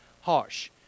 harsh